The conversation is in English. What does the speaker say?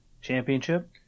championship